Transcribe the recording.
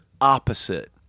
opposite